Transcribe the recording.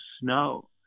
snow